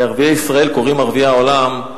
לערביי ישראל קוראים ערביי העולם,